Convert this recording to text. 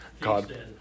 God